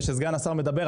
וכאשר סגן השר מדבר,